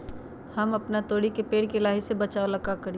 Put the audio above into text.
हम अपना तोरी के पेड़ के लाही से बचाव ला का करी?